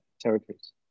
territories